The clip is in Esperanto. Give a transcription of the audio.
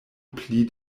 pli